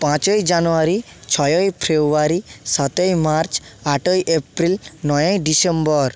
পাঁচই জানুয়ারি ছয়ই ফেব্রুয়ারি সাতই মার্চ আটই এপ্রিল নয়ই ডিসেম্বর